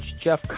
Jeff